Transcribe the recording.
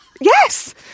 Yes